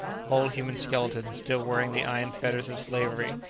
whole human skeletons, still wearing the iron fetters of slavery,